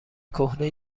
کهنه